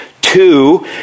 Two